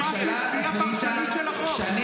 מה אתם מבקשים, שאני